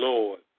Lord